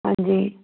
ਹਾਂਜੀ